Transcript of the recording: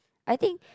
I think